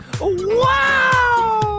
Wow